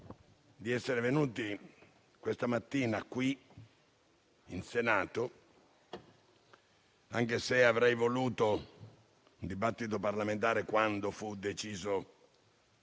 di essere venuti questa mattina qui in Senato, anche se avrei voluto il dibattito parlamentare quando fu deciso